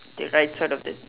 okay right side of it